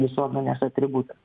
visuomenės atributas